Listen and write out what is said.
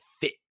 fit